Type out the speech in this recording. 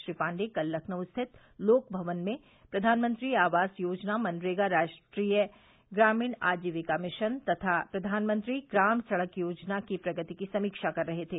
श्री पाण्डेय कल लखनऊ स्थित लोकभवन में प्रधानमंत्री आवास योजना मनरेगा राष्ट्रीय ग्रामीण आजीविका मिशन तथा प्रधानमंत्री ग्राम सड़क योजना की प्रगति की समीक्षा कर रहे थे